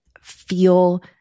feel